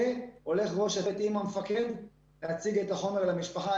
והולך ראש הצוות עם המפקד להציג את החומר למשפחה.